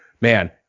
man-